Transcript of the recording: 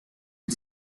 the